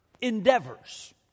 endeavors